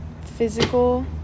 physical